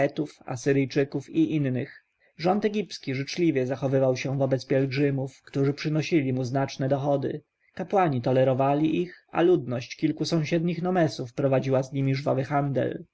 asyryjczyków i innych rząd egipski życzliwie zachowywał się wobec pielgrzymów którzy przynosili mu znaczne dochody kapłani tolerowali ich a ludność kilku sąsiednich nomesów prowadziła z nimi żwawy handel